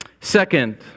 Second